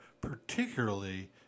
particularly